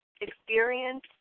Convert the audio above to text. experience